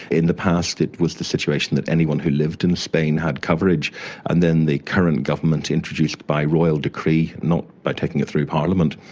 in the past it was the situation that anyone who lived in spain had coverage and then the current government introduced by royal decree, not by taking it through parliament,